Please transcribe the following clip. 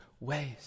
ways